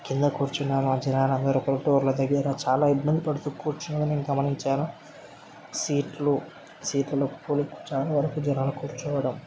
కింద కూర్చున్నాను ఆ జనాలందరు ఒకలకు ఒకరు దగ్గర చాలా ఇబ్బంది పడుతూ కూర్చొంది నేను గమనించాను సీట్లు సీట్లలో పోయి చాలావరకు జనాలు కూర్చోవడం